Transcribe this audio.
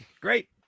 Great